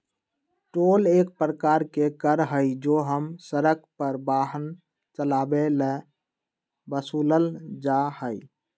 toll एक प्रकार के कर हई जो हम सड़क पर वाहन चलावे ला वसूलल जाहई